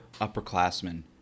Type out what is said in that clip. upperclassmen